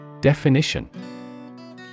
Definition